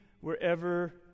wherever